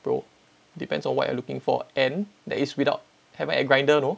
bro depends on what you're looking for and that is without having a grinder know